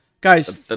Guys